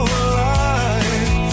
alive